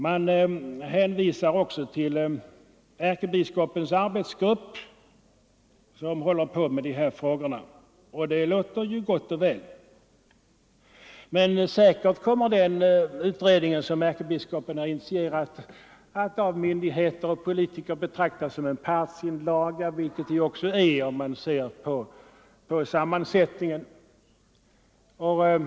Man hänvisar också till ärkebiskopens arbetsgrupp som håller på med de här frågorna, och det låter ju gott och väl. Men säkert kommer betänkandet från den utredning som ärkebiskopen har initierat att av myndigheter och politiker betraktas som en partsinlaga, vilket det också är om man ser på utredningens sammansättning.